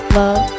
love